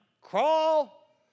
crawl